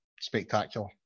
spectacular